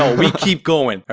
ah we keep going.